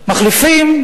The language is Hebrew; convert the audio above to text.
מחליפים,